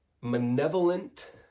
malevolent